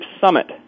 summit